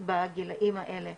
בגילאים האלה.